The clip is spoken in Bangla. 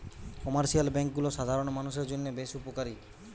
কমার্শিয়াল বেঙ্ক গুলা সাধারণ মানুষের জন্য বেশ উপকারী